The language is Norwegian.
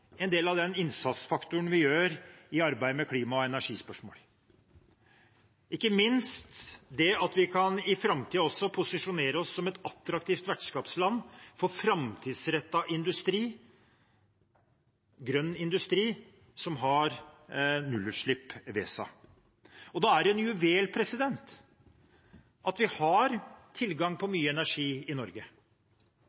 en del av innsatsfaktoren i arbeidet med klima- og energispørsmål, ikke minst at vi i framtiden kan posisjonere oss som et attraktivt vertskapsland for framtidsrettet industri, grønn industri, som har nullutslipp ved seg. Da er det en juvel at vi har tilgang på